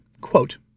Quote